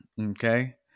Okay